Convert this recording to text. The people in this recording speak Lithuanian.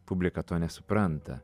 publika to nesupranta